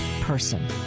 person